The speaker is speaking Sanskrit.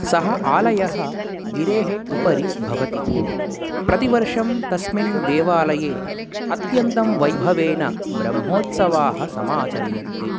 सः आलयः गिरेः उपरि भवति प्रतिवर्षं तस्मिन् देवालये अत्यन्तं वैभवेन ब्रह्मोत्सवाः समाचर्यन्ते